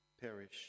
perish